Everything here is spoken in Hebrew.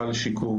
סל שיקום,